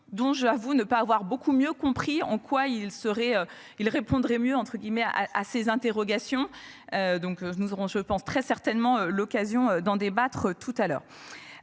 dont j'avoue ne pas avoir beaucoup mieux compris en quoi il serait il répondrait mieux entre guillemets à à ces interrogations. Donc nous aurons je pense très certainement l'occasion d'en débattre tout à l'heure.